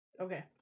Okay